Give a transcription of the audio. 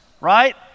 right